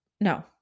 no